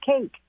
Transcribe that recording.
cake